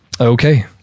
Okay